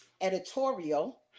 editorial